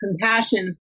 compassion